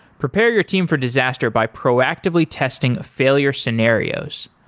prepare your team for disaster by proactively testing failure scenarios.